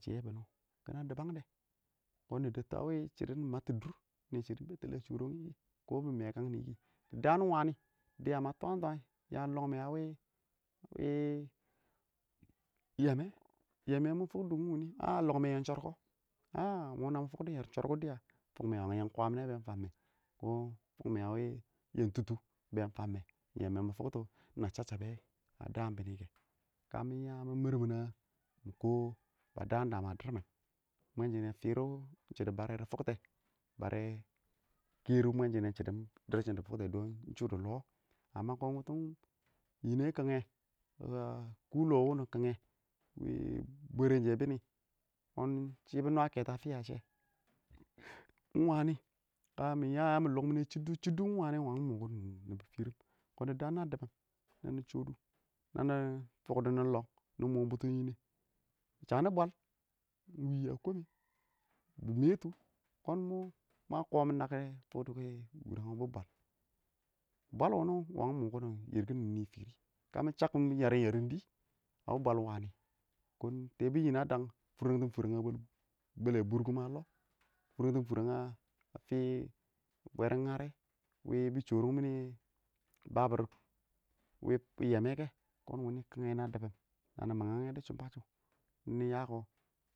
ngachchiyɔ bɪnɪ wʊ kɪnɪ dibang dɛ kʊn nɪ debtɔ a wi shashshin bɪnɪ nɪ mattɔ dʊr nɪ ɪng shidɔ bɛttelɪ a shɔrɛngɪ kɪ, kɔ bɪ mekan nɪ kɪ, dɪ daan ɪng wani, dɪya ma twan twan yang lɔng mɛ,a wɪ yeme, shɪmɪ fʊk dʊngʊn wini ah ah yem shɔrkɔ aah nami fʊkdɔ yem shɔrkɔ dɪya fʊk mɛ wangɪn yem kwamʊne be ɪng famme, kɔn fʊk mɛ a wɪ yem tʊtʊ be famme ɪng yeme mɪ fʊktɔ ma chab chabe kɛ, a daam bini kɛ, ka mɪ ya mɪ mɛr mɪnɪ ma, ma kɔ ba daam daam a dɪrr mɪn mwenshɪnne frʊm shɪdɔ bare dɪ fʊktɛ, bare kerʊ mwenshine shɪdɔ shi fʊkte, ɪng shɔ dɪ lɔ, amma kɔn wʊtʊm nɪye kɪngnɛ a kʊ lɔ wʊnɪ kɪngnɛ, bɪ bwɛrɛn shɛ bɪnɪ shɪ bɪ nwa kɛtɔ a fiye shɛ, ɪng wanɪ ka mɪ ya, ya mɪ lɔng mine chiddʊ, chiddʊ ɪng wanɪ, ɪng mʊʊ mʊʊ nɪ kʊn dɪ daan ba dibim na nɪ shɔdʊ nanɪ fʊk dɔ nɪ lɔng nɪ mʊ bʊtin niye. shanɪ bwal ɪng wɪ a kɔme, bɪ metʊ kʊn ma kɔmi, mɪ naki wʊreneg dʊ bɪ bwal, bwal wʊnɪ wʊ ɪng wani mʊkɪn butʊn nifɪrɪ, kamɪ chattɔ kɔ mɪ yarim yarim dɪ, kɔn tɛɛbʊ nɪyɛ a dang fʊrengting fʊrreng a bɛle bʊrkʊm a lɔh fʊrreng a fɪ bwerɪn ngare wi bi shɔɔrgeng bɪ babɪr yɛ bɪ yɛmɛ kɛ kɔn wʊnɪ kɪngɛ na dibin nanɪ mangdɔ shɪmbashʊ, nɪ yakɔ.